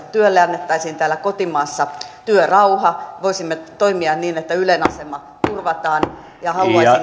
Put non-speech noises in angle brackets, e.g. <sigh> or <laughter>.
<unintelligible> työlle annettaisiin täällä kotimaassa työrauha ja voisimme toimia niin että ylen asema turvataan ja haluaisin